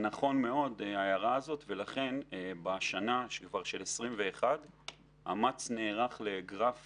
ההערה נכונה מאוד ולכן בשנת 2021 אמ"ץ נערך לגרף